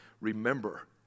Remember